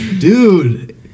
dude